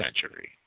century